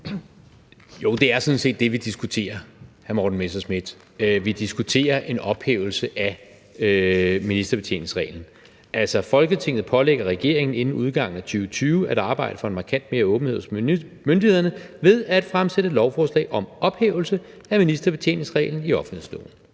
(V): Det er sådan set det, vi diskuterer, hr. Morten Messerschmidt. Vi diskuterer en ophævelse af ministerbetjeningsreglen. Altså, der står: »Folketinget pålægger regeringen inden udgangen af 2020 at arbejde for markant mere åbenhed hos myndighederne ved at fremsætte lovforslag om ophævelse af ministerbetjeningsreglen i offentlighedsloven.«